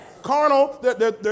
Carnal